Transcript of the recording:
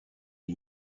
est